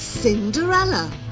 Cinderella